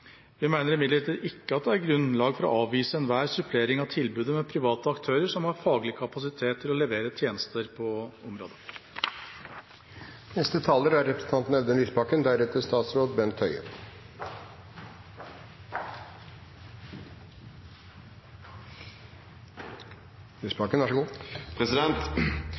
Vi mener imidlertid ikke at det er grunnlag for å avvise enhver supplering av tilbudet fra private aktører som har faglig kapasitet til å levere tjenester på området. Svaret er